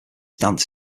dance